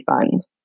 fund